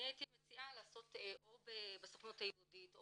הייתי מציעה לעשות או בסוכנות היהודית או